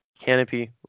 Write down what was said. Canopy